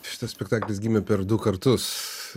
šitas spektaklis gimė per du kartus